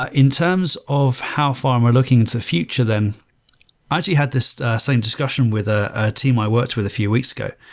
ah in terms of how far we're looking into the future then, i actually had this certain discussion with a team i worked with a few weeks ago,